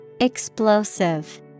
Explosive